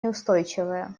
неустойчивая